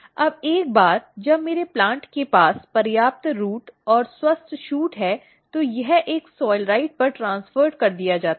अब एक बार जब मेरे प्लांट के पास पर्याप्त जड़ और स्वस्थ शूट होती है तो यह एक soilrite पर ट्रॅन्स्फ़र्ड् हो जाता है